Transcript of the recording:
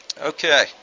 Okay